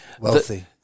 wealthy